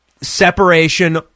separation